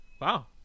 wow